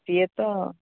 ସିଏ ତ